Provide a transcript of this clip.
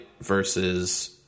versus